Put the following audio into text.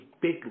big